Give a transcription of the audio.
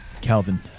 Calvin